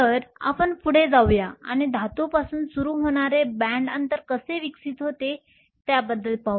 तर आपण पुढे जाऊया आणि धातूपासून सुरू होणारे बँड अंतर कसे विकसित होते त्याबद्दल पाहू